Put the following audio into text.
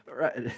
right